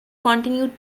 continued